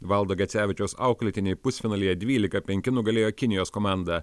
valdo gecevičiaus auklėtiniai pusfinalyje dvylika penki nugalėjo kinijos komandą